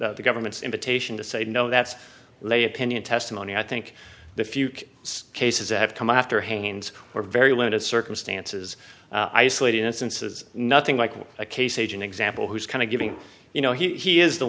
the government's invitation to say no that's lay opinion testimony i think the few cases that have come after hands are very limited circumstances i sleep in instances nothing like a case agent example who's kind of giving you know he is the